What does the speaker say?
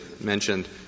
mentioned